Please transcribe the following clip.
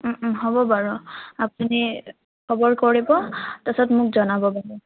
হ'ব বাৰু আপুনি খবৰ কৰিব তাৰপিছত মোক জনাব বাৰু